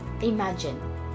Imagine